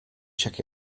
check